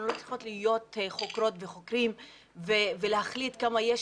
אנחנו לא צריכות להיות חוקרות וחוקרים ולהחליט כמה יש